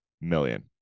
million